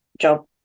job